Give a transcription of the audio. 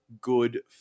good